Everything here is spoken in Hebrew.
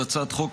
על הצעת חוק